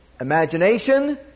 imagination